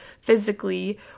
physically